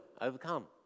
overcome